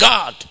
God